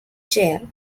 jail